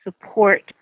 support